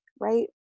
right